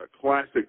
classic